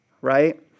right